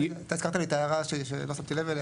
אתה הזכרת לי את ההערה שלא שמתי לב אליה,